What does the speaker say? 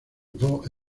von